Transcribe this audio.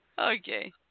Okay